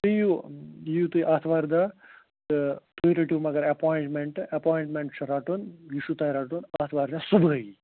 تُہۍ یِیِو یِیِو تُہۍ اَتھوارِ دۄہ تہٕ تُہۍ رٔٹِو مگر اٮ۪پوایٹمٮ۪نٛٹہٕ اٮ۪پوایٹمٮ۪نٛٹہٕ چھُ رَٹُن یہِ چھُو تۄہہِ رَٹُن آتھوار دۄہ صُبحٲہی